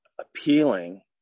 appealing